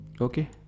Okay